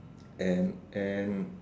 and and